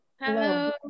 Hello